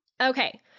Okay